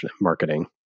marketing